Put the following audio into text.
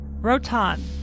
Rotan